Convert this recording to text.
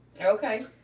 Okay